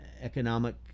economic